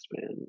man